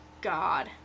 God